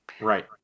Right